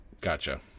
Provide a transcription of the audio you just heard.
gotcha